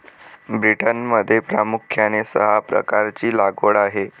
ब्रिटनमध्ये प्रामुख्याने सहा प्रकारची लागवड आहे